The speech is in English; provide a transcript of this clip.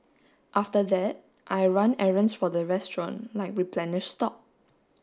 after that I run errands for the restaurant like replenish stock